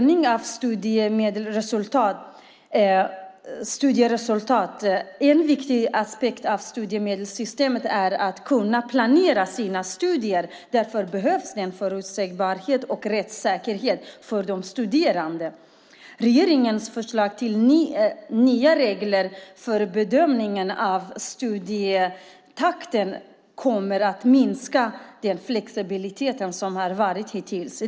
När det gäller prövning av studieresultat är en viktig aspekt i studiemedelssystemet att de studerande ska kunna planera sina studier. Därför behövs det förutsägbarhet och rättssäkerhet för de studerande. Regeringens förslag till nya regler för bedömning av studietakten kommer att minska den flexibilitet som hittills har funnits.